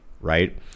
Right